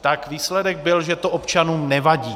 Tak výsledek byl, že to občanům nevadí.